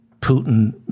Putin